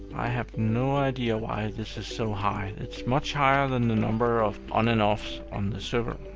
i have no idea why this is so high. it's much higher than the number of on and offs on the server.